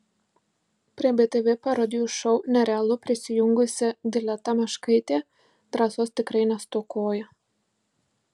prie btv parodijų šou nerealu prisijungusi dileta meškaitė drąsos tikrai nestokoja